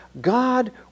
God